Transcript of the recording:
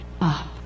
up